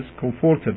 comfortable